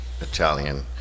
Italian